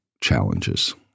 challenges